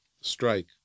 strike